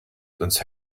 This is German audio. sonst